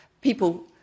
people